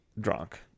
drunk